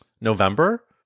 November